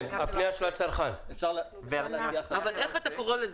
אבל איך אתה קורא לזה?